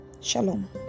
Shalom